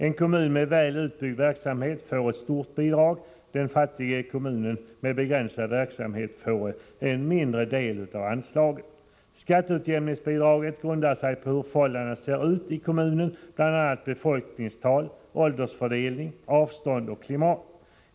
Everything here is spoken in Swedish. En | kommun med väl utbyggd verksamhet får ett stort bidrag, den fattiga kommunen med begränsad verksamhet får en mindre del av anslaget. Skatteutjämningsbidraget grundar sig på hur förhållandena är i kommunen, bl.a. på befolkningstal, åldersfördelning, avstånd och klimat.